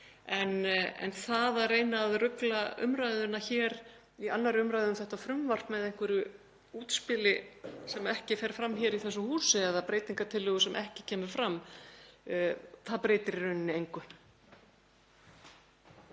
En það að reyna að rugla umræðuna hér í 2. umr. um þetta frumvarp með einhverju útspili sem ekki fer fram hér í þessu húsi eða með breytingartillögu sem ekki kemur fram, það breytir í rauninni engu.